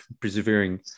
persevering